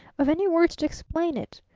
of any words to explain it.